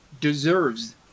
deserves